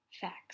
facts